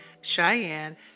Cheyenne